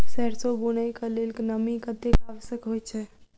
सैरसो बुनय कऽ लेल नमी कतेक आवश्यक होइ छै?